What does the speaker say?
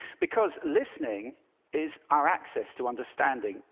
because listening is our access to understanding.